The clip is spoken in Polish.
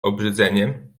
obrzydzeniem